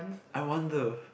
I want the